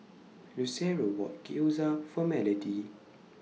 Lucero bought Gyoza For Melodie